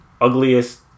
ugliest